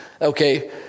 okay